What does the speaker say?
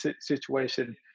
situation